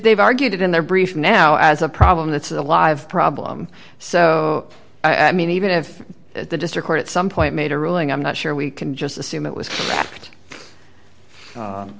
they've argued it in their briefs now as a problem that's a live problem so i mean even if the district court at some point made a ruling i'm not sure we can just assume it was